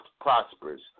prosperous